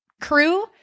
crew